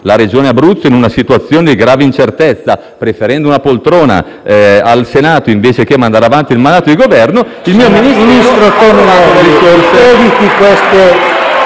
la Regione Abruzzo in una situazione di grave incertezza, preferendo una poltrona al Senato, invece che mandare avanti il mandato di Governo, il mio Ministero